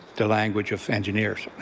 the language of engineers,